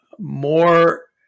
more